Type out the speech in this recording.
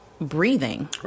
breathing